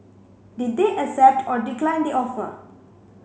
did they accept or decline the offer